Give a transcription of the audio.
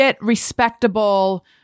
respectable